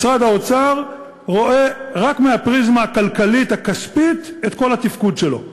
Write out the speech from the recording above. משרד האוצר רואה רק מהפריזמה הכלכלית הכספית את כל התפקוד שלו.